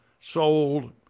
sold